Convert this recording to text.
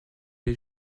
les